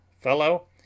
fellow